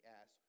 ask